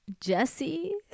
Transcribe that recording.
Jesse